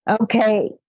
Okay